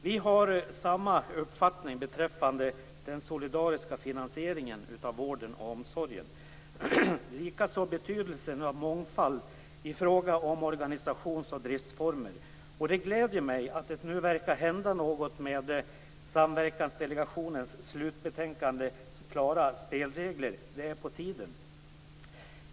Vi har samma uppfattning beträffande den solidariska finansieringen av vården och omsorgen, likaså om betydelsen av mångfald i fråga om organisationsoch driftsformer. Det gläder mig att det nu verkar hända något med Samverkansdelegationens slutbetänkande Klara spelregler. Det är på tiden.